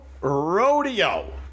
Rodeo